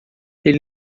ele